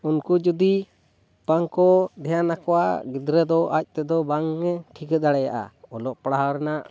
ᱩᱱᱠᱩ ᱡᱩᱫᱤ ᱵᱟᱝ ᱠᱚ ᱫᱷᱮᱭᱟᱱ ᱟᱠᱚᱣᱟ ᱜᱤᱫᱽᱨᱟᱹ ᱫᱚ ᱟᱡ ᱛᱮᱫᱚ ᱵᱟᱝ ᱮ ᱴᱷᱤᱠᱟᱹ ᱫᱟᱲᱮᱭᱟᱜᱼᱟ ᱚᱞᱚᱜ ᱯᱟᱲᱦᱟᱣ ᱨᱮᱱᱟᱜ